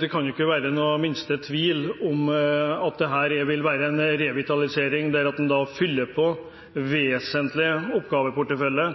Det kan ikke være den minste tvil om at det vil være en revitalisering at en fyller på vesentlig oppgaveportefølje